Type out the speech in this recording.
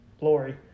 Lori